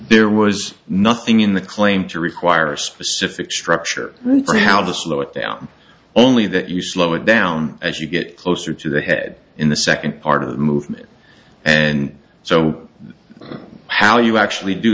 there was nothing in the claim to require a specific structure for how to slow it down only that you slow it down as you get closer to the head in the second part of the movement and so how you actually do